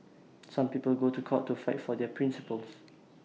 some people go to court to fight for their principles